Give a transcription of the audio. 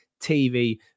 TV